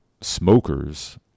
smokers